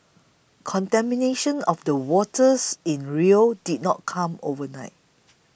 contamination of the waters in Rio did not come overnight